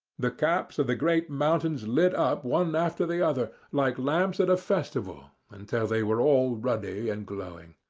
the caps of the great mountains lit up one after the other, like lamps at a festival, until they were all ruddy and glowing.